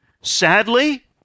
sadly